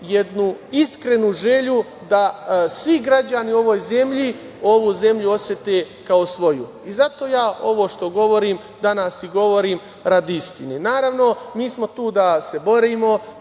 jednu iskrenu želju da svi građani u ovoj zemlji osete ovu zemlju osete kao svoju. Zato, ja ovo što govorim danas i govorim radi istine. Naravno, mi smo tu da se borimo,